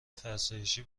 فرسایشی